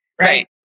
right